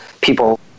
people